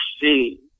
see